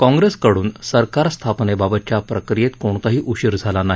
काँप्रेसकडून सरकार स्थापनेबाबतच्या प्रक्रियेत कोणताही उशीर झाला नाही